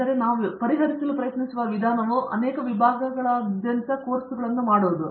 ಆದ್ದರಿಂದ ನಾವು ಇದನ್ನು ಪರಿಹರಿಸಲು ಪ್ರಯತ್ನಿಸುವ ವಿಧಾನವು ಅನೇಕ ವಿಭಾಗಗಳಾದ್ಯಂತ ಕೋರ್ಸ್ಗಳನ್ನು ಮಾಡುವುದು